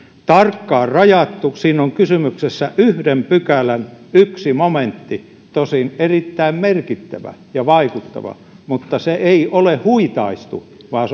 tarkkaan rajattu siinä on kysymyksessä yhden pykälän yksi momentti tosin erittäin merkittävä ja vaikuttava mutta se ei ole huitaistu vaan